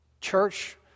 church